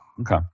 Okay